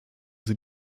sie